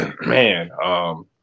Man